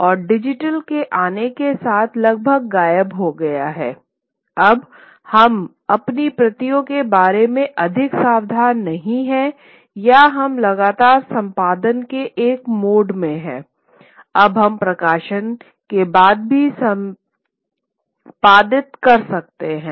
और डिजिटल के आने के साथ लगभग गायब हो गया है अब हम अपनी प्रतियों के बारे में अधिक सावधान नहीं हैं या हम लगातार संपादन के एक मोड में हैं अब हम प्रकाशन के बाद भी संपादित कर सकते हैं